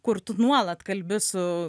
kur tu nuolat kalbi su